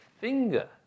finger